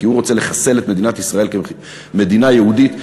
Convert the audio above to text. כי הוא רוצה לחסל את מדינת ישראל כמדינה יהודית,